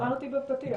אמרתי בפתיח.